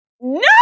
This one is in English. No